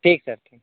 ٹھیک ہے سر ٹھیک